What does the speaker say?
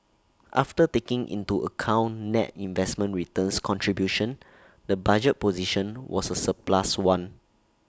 after taking into account net investment returns contribution the budget position was A surplus one